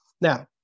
Now